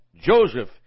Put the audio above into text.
Joseph